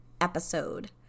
episode